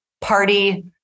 party